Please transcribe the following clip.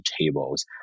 tables